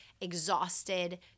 exhausted